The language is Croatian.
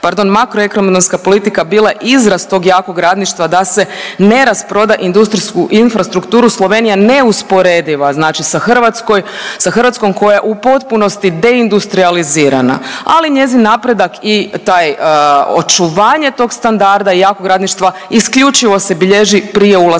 pardon makroekonomska politika bila je izrast tog jakog radništva da se ne rasproda industrijsku infrastrukturu. Slovenija je neusporediva znači sa Hrvatskom koja je u potpunosti deindustrijalizirana, ali njezin napredak i taj očuvanje tog standarda jako radništva isključivo se bilježi prije ulaska